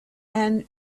and